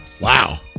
Wow